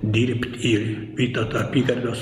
dirbt į vytauto apygardos